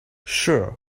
sure